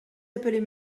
appelez